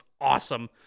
awesome